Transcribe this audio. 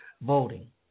voting